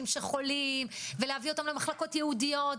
חולים שצריך להביא אותם למחלקות ייעודיות,